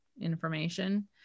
information